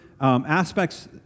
aspects